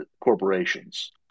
corporations